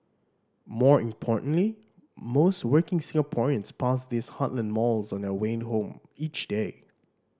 more importantly most working Singaporeans pass these heartland malls on their way home each day